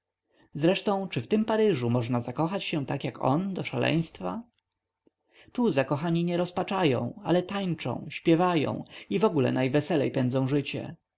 zresztą czy w tym paryżu można zakochać się tak jak on do szaleństwa tu zakochani nie rozpaczają ale tańczą śpiewają i wogóle najweselej pędzą życie